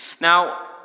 Now